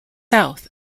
south